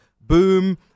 boom